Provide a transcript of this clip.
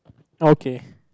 okay